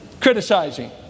criticizing